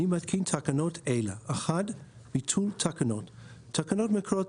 אני מתקין תקנות אלה: ביטול תקנות 1. תקנות מקורות